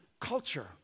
culture